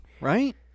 right